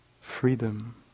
freedom